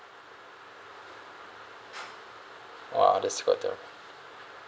!wah! that's a good deal